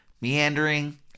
meandering